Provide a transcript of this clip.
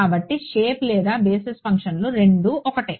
కాబట్టిషేప్ లేదా బేసిస్ ఫంక్షన్లు రెండు ఒకటే